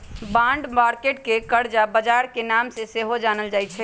bond market के करजा बजार के नाम से सेहो जानल जाइ छइ